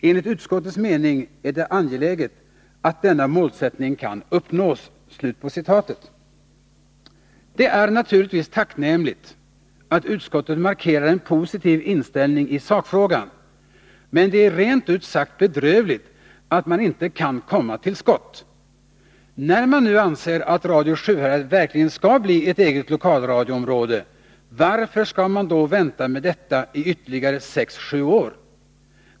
Enligt utskottets mening är det angeläget att denna målsättning kan uppnås.” Det är naturligtvis tacknämligt att utskottet markerar en positiv inställning i sakfrågan, men det är rent ut sagt bedrövligt att man inte kan komma till skott. När man nu anser att Radio Sjuhärad verkligen skall bli ett eget lokalradioområde, varför skall man då vänta med detta i ytterligare sex sju år?